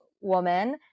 woman